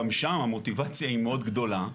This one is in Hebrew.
גם שם המוטיבציה היא מאוד גדולה.